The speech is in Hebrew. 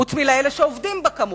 חוץ מלאלה שעובדים בה, כמובן,